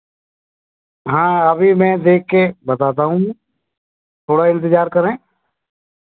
हाँ अभी मैं देख के बताता हूँ थोड़ा इंतज़ार करें